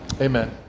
Amen